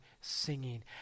singing